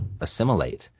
assimilate